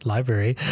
Library